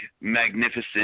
magnificent